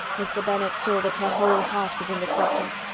mr. bennet saw that her whole heart was in the subject,